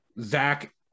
Zach